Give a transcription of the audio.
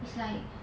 it's like